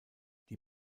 die